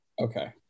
Okay